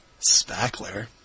Spackler